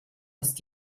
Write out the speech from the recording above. ist